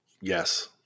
Yes